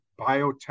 biotech